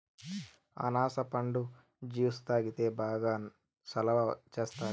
అనాస పండు జ్యుసు తాగితే బాగా సలవ సేస్తాది